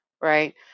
right